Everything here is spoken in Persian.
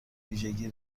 ویژگی